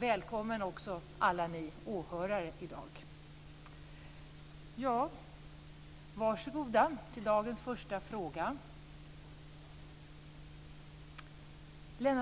Välkomna också alla ni åhörare i dag! Hela Sverige ska leva